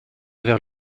vers